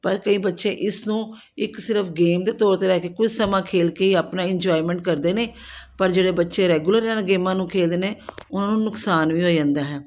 ਪਰ ਕਈ ਬੱਚੇ ਇਸ ਨੂੰ ਇੱਕ ਸਿਰਫ਼ ਗੇਮ ਦੇ ਤੌਰ 'ਤੇ ਲੈ ਕੇ ਕੁਝ ਸਮਾਂ ਖੇਡ ਕੇ ਆਪਣਾ ਇੰਜੋਇਮੈਂਟ ਕਰਦੇ ਨੇ ਪਰ ਜਿਹੜੇ ਬੱਚੇ ਰੈਗੂਲਰ ਇਹਨਾਂ ਗੇਮਾਂ ਨੂੰ ਖੇਡਦੇ ਨੇ ਉਹਨਾਂ ਨੂੰ ਨੁਕਸਾਨ ਵੀ ਹੋ ਜਾਂਦਾ ਹੈ